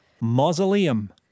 Mausoleum